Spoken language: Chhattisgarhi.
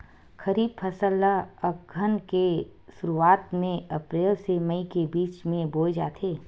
खरीफ फसल ला अघ्घन के शुरुआत में, अप्रेल से मई के बिच में बोए जाथे